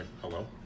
Hello